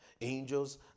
Angels